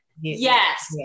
Yes